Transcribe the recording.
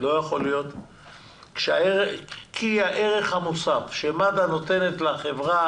כי הערך המוסף שמד"א נותן לחברה